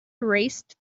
erased